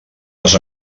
les